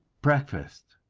breakfast,